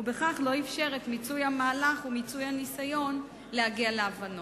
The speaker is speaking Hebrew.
ובכך לא אפשר את מיצוי המהלך ומיצוי הניסיון להגיע להבנות.